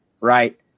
right